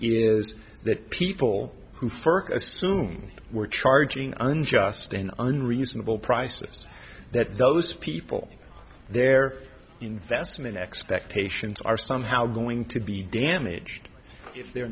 is that people who for a soon were charging unjust an unreasonable prices that those people their investment expectations are somehow going to be damaged if they're